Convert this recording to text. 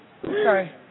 Sorry